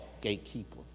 gatekeeper